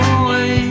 away